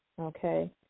okay